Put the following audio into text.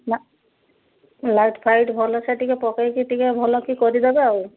ନା ଲାଇଟ୍ଫାଇଟ୍ ଭଲସେ ଟିକେ ପକେଇକି ଟିକେ ଭଲକି କରିଦେବେ ଆଉ